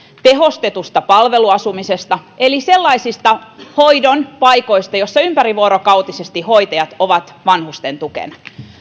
tehostetusta palveluasumisesta eli sellaisista hoitopaikoista joissa ympärivuorokautisesti hoitajat ovat vanhusten tukena